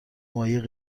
ماهی